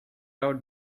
out